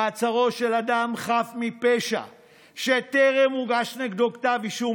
מעצרו של אדם חף מפשע שטרם הוגש נגדו כתב אישום,